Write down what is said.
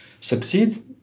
succeed